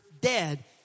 dead